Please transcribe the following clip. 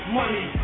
money